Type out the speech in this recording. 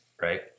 right